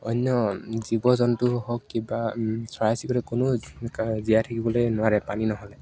অন্য জীৱ জন্তু হওক কিবা চৰাই চিকুৰে কোনো জীয়াই থাকিবলে নোৱাৰে পানী নহ'লে